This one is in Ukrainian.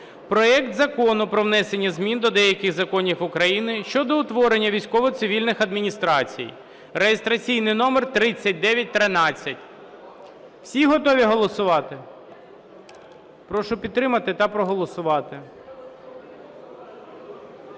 проект Закону про внесення змін до деяких законів України щодо утворення військово-цивільних адміністрацій (реєстраційний номер 3913). Всі готові голосувати? Прошу підтримати та проголосувати.